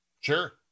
sure